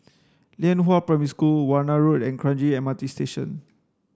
Lianhua Primary School Warna Road and Kranji M R T Station